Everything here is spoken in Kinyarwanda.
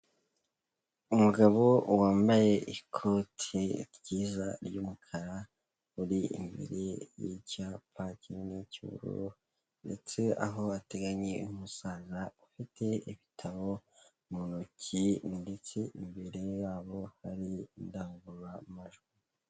Umugabo wambaye ikoti ryiza ry'umukara, uri imbere y'icyapa kinini cy'ubururu ndetse aho ateganye n'umusaza ufite ibitabo mu ntoki ndetse imbere yabo hari indangururamajwi.